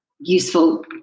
useful